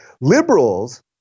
Liberals